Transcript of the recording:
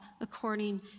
according